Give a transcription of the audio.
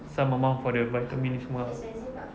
some amount for the vitamin ini semua ah